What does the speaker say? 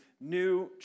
new